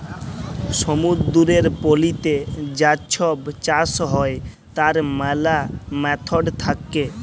সমুদ্দুরের পলিতে যা ছব চাষ হ্যয় তার ম্যালা ম্যাথড থ্যাকে